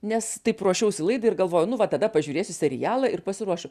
nes taip ruošiausi laidai ir galvoju nu va tada pažiūrėsiu serialą ir pasiruošiu